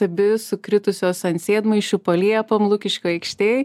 abi sukritusios ant sėdmaišių po liepom lukiškių aikštėj